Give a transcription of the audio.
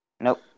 Nope